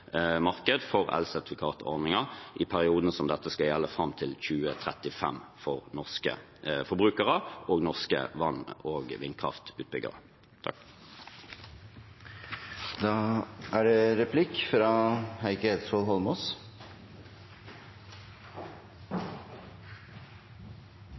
for elsertifikatordningen i perioden som dette skal gjelde, fram til 2035, for norske forbrukere og norske vann- og vindkraftutbyggere. Det